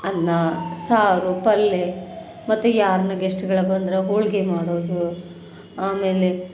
ಅನ್ನ ಸಾರು ಪಲ್ಯ ಮತ್ತೆ ಯಾರನ್ನು ಗೆಶ್ಟ್ಗಳ ಬಂದ್ರೆ ಹೋಳಿಗೆ ಮಾಡೋದು ಆಮೇಲೆ